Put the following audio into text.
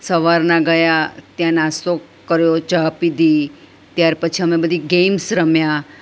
સવારના ગયા ત્યાં નાસ્તો કર્યો ચા પીધી ત્યાર પછી અમે બધી ગેમ્સ રમ્યા